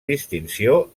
distinció